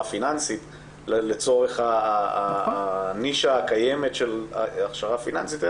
פיננסית לצורך הנישה הקיימת של הכשרה פיננסית,